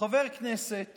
חבר כנסת